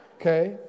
Okay